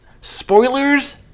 spoilers